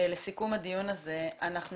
לסיכום הדיון הזה, אנחנו